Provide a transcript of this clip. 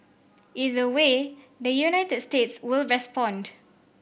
either way the United States will respond